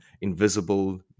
Invisible